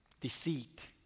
Deceit